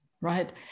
right